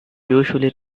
usually